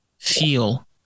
feel